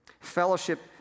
Fellowship